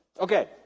Okay